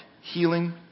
healing